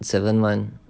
seventh month